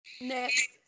Next